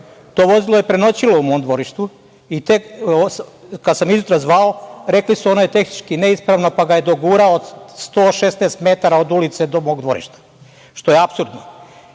To vozilo je prenoćilo u mom dvorištu i tek kada sam izjutra zvao, rekli su da je ono tehnički neispravno, pa ga je dogurao 116 metara od ulice do mog dvorišta što je apsurdno. Otišlo